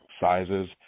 sizes